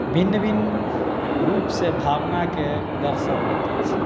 भिन्न भिन्न रूपसँ भावनाकेँ दर्शबैत अछि